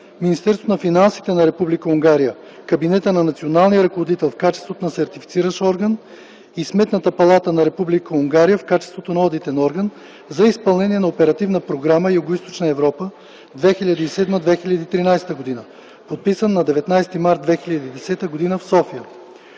Министерството на финансите на Република Унгария – Кабинета на националния ръководител в качеството на Сертифициращ орган, и Сметната палата на Република Унгария в качеството на Одитен орган за изпълнение на Оперативна програма „Югоизточна Европа” 2007-2013 г., подписан на 19 март 2010 г. в София.